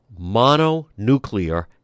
mononuclear